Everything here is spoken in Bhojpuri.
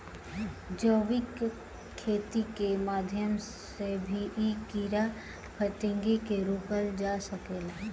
जैविक खेती के माध्यम से भी इ कीड़ा फतिंगा के रोकल जा सकेला